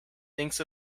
thinks